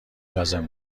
لازم